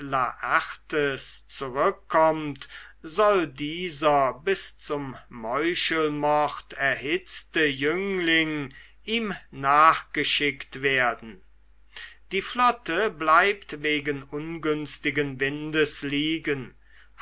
laertes zurückkommt soll dieser bis zum meuchelmord erhitzte jüngling ihm nachgeschickt werden die flotte bleibt wegen ungünstigen windes liegen